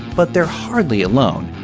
but they're hardly alone.